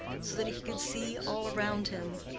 so that he could see all round him,